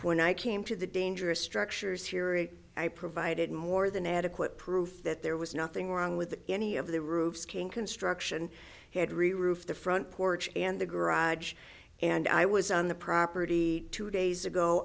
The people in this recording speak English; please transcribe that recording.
when i came to the dangerous structures here it i provided more than adequate proof that there was nothing wrong with any of the roofs king construction had re roof the front porch and the garage and i was on the property two days ago